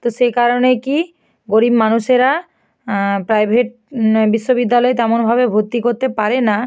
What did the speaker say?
তো সেই কারণেই কী গরীব মানুষেরা প্রাইভেট বিশ্ববিদ্যালয়ে তেমনভাবে ভর্তি করতে পারে না